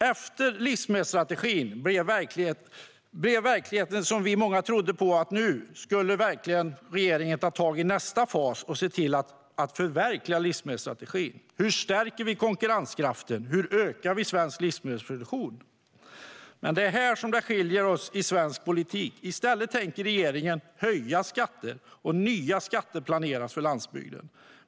Efter livsmedelsstrategin blev verkligheten som många av oss trodde på, att nu skulle regeringen verkligen ta tag i nästa fas och förverkliga strategin, en fråga om hur vi stärker konkurrenskraften och ökar den svenska livsmedelsproduktionen. Det är här som det skiljer sig i svensk politik. I stället tänker regeringen höja skatterna, och nya skatter planeras för landsbygden.